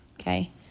Okay